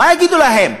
מה יגידו להם?